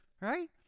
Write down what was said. right